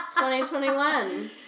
2021